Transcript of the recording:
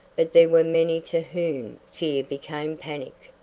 but there were many to whom fear became panic.